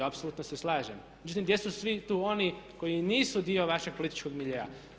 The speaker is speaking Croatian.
Apsolutno se slažem, međutim gdje su svi tu oni koji nisu dio vašeg političkog miljea?